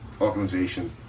organization